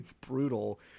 brutal